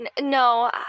no